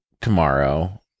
tomorrow